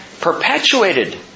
perpetuated